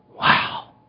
Wow